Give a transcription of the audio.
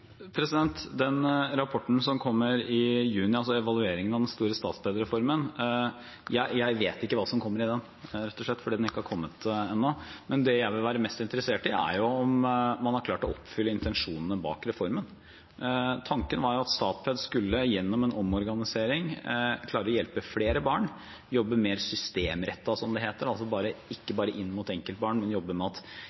den rapporten som kommer i juni, altså evalueringen av den store Statsped-reformen, vet jeg ikke hva som kommer i den, rett og slett fordi den ikke har kommet ennå. Men det jeg vil være mest interessert i, er om man har klart å oppfylle intensjonene bak reformen. Tanken var jo at Statped skulle, gjennom en omorganisering, klare å hjelpe flere barn og jobbe mer systemrettet, som det heter, altså ikke bare